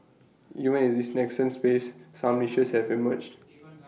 even in this nascent space some niches have emerged